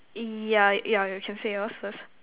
yeah yeah you can say yours first